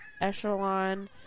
echelon